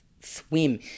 swim